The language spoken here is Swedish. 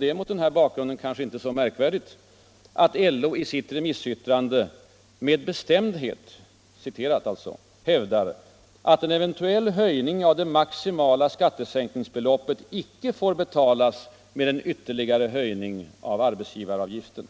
Det är mot den bakgrunden kanske inte besynnerligt att LO i sitt remissyttrande ”med bestämdhet” hävdar ”att en eventuell höjning av det maximala skattesänkningsbeloppet inte får betalas med en ytterligare höjning av arbetsgivaravgiften”.